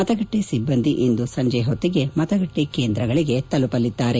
ಮತಗಟ್ಲೆ ಸಿಬ್ಲಂದಿ ಇಂದು ಸಂಜೆ ಹೊತ್ತಿಗೆ ಮತಗಟ್ಟೆ ಕೇಂದ್ರಗಳಿಗೆ ತಲುಪಲಿದ್ದಾರೆ